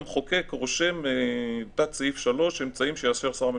המחוקק רושם בתת-סעיף (3): אמצעים שיאשר שר המשפטים,